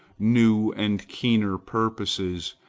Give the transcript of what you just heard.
new and keener purposes,